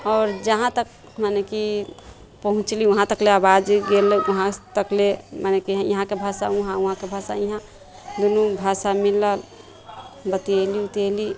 आओर जहाँ तक मने कि पहुँचली उहाँ तकले आवाज गेल उहाँ तकले मने कि इहाँके भाषा उहाँ उहाँके भाषा इहाँ दुनू भाषा मिलल बतिअयलि ओतिअयलि